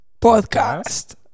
Podcast